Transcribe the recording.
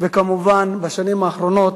וכמובן, בשנים האחרונות,